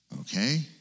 Okay